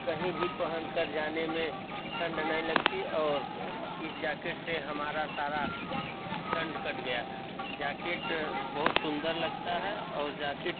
कहीं भी पहन कर जाने में ठंड नहीं लगती और इस जाकिट से हमारा सारा ठंड कट गया जाकिट बहुत सुंदर लगता है और जाकिट